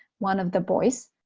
one of the boys,